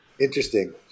interesting